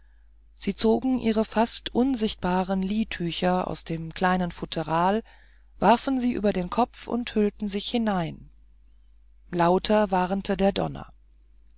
sie zogen ihre fast unsichtbaren listücher aus dem kleinen futteral warfen sie über den kopf und hüllten sich hinein lauter warnte der donner